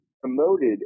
promoted